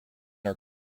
are